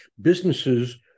businesses